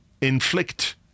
inflict